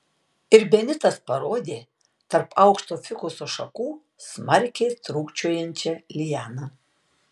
ir benitas parodė tarp aukšto fikuso šakų smarkiai trūkčiojančią lianą